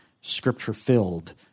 scripture-filled